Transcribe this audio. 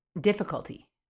difficulty